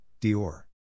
Dior